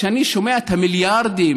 כשאני שומע על המיליארדים,